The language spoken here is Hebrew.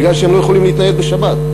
בגלל שהם לא יכולים להתנייד בשבת.